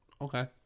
Okay